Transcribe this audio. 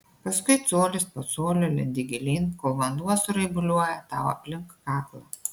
paskui colis po colio lendi gilyn kol vanduo suraibuliuoja tau aplink kaklą